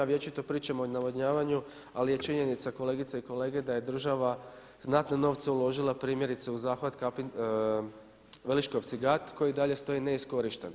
Vječito pričamo o navodnjavanju ali je činjenica kolegice i kolege da je država znatne novce uložila primjerice u zahvat Veliškovci-Gat koji i dalje stoji neiskorišten.